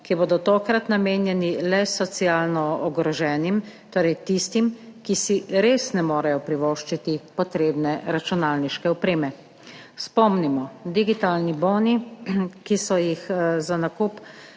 ki bodo tokrat namenjeni le socialno ogroženim, torej tistim, ki si res ne morejo privoščiti potrebne računalniške opreme. Spomnimo, digitalni boni, ki so jih za nakup